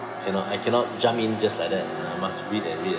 cannot I cannot jump in just like that I must read and read and